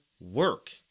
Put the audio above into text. work